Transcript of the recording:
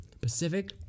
Pacific